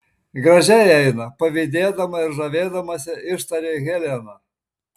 gražiai eina pavydėdama ir žavėdamasi ištarė helena